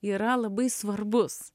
yra labai svarbus